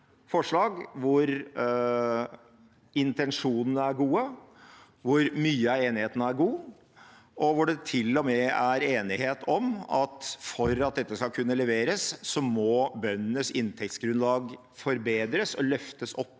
forslag hvor intensjonene er gode, hvor mye av enigheten er god, og hvor det til og med er enighet om at for at dette skal kunne leveres, må bøndenes inntektsgrunnlag forbedres og løftes opp